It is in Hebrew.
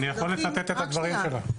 אני יכול לצטט את הדברים שלה.